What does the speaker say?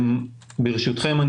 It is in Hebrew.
ברשותכם,